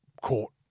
court